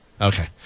Okay